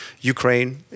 Ukraine